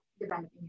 developing